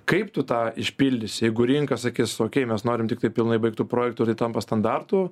kaip tu tą išpildysi jeigu rinka sakys okėj mes norim tiktai pilnai baigtų projektų tai tampa standartu